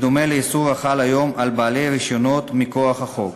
בדומה לאיסור החל היום על בעלי רישיונות מכוח החוק,